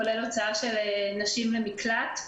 כולל הוצאה של נשים למקלט.